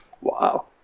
Wow